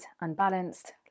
unbalanced